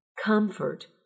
comfort